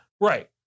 Right